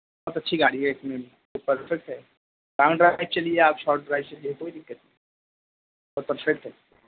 بہت اچھی گاڑی ہے اس میں پرفکٹ ہے لانگ ڈرائیو چلیے یا آپ شارٹ ڈرائیو چلیے کوئی دقت نہیں بہت پرفکٹ ہے